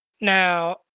Now